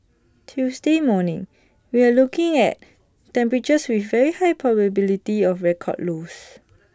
Tuesday morning we're looking at temperatures with very high probability of record lows